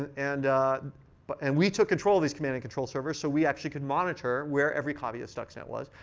and and but and we took control of these command and control servers, so we actually could monitor where every kind of yeah at stuxnet was.